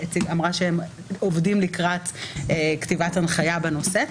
שאמרה שהם עובדים לקראת כתיבת הנחיה בנושא.